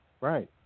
Right